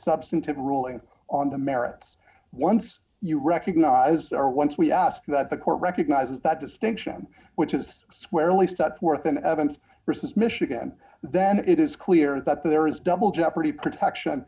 substantive ruling on the merits once you recognize or once we ask that the court recognizes that distinction which is squarely southworth in evans versus michigan then it is clear that there is double jeopardy protection